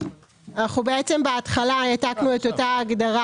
אנחנו בעצם בהתחלה העתקנו את אותה ההגדרה